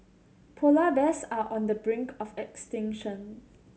polar bears are on the brink of extinction